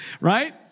right